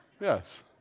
yes